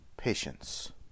Patience